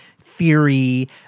theory